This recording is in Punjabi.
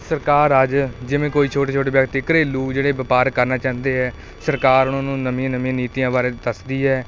ਸਰਕਾਰ ਅੱਜ ਜਿਵੇਂ ਕੋਈ ਛੋਟੇ ਛੋਟੇ ਵਿਅਕਤੀ ਘਰੇਲੂ ਜਿਹੜੇ ਵਪਾਰ ਕਰਨਾ ਚਾਹੁੰਦੇ ਹੈ ਸਰਕਾਰ ਉਹਨਾਂ ਨੂੰ ਨਵੀਆਂ ਨਵੀਆਂ ਨੀਤੀਆਂ ਬਾਰੇ ਦੱਸਦੀ ਹੈ